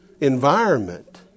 environment